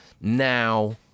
Now